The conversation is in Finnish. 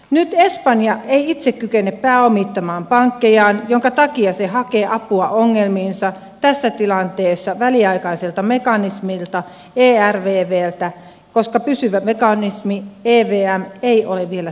nyt espanja ei itse kykene pääomittamaan pankkejaan minkä takia se hakee apua ongelmiinsa tässä tilanteessa väliaikaiselta mekanismilta ervvltä koska pysyvä mekanismi evm ei ole vielä toimintakykyinen